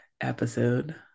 episode